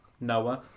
Noah